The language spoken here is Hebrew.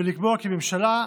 ולקבוע כי ממשלה,